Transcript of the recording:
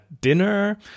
dinner